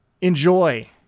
enjoy